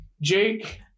Jake